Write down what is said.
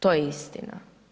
To je istina.